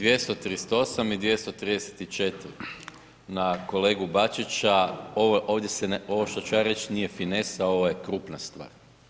238. i 234. na kolegu Bačića, ovo što ću ja reći nije finesa ovo je krupna stvar.